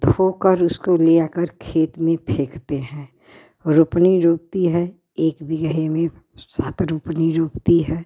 धोकर उसको ले आकर खेत में फेंकते हैं रोपनी रोपती है एक बिगहे में सात रोपनी रोपती है